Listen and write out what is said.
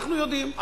אנחנו יודעים,